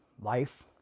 life